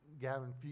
Gavin